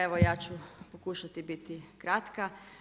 Evo ja ću pokušati biti kratka.